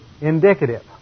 indicative